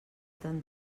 tan